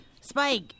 Spike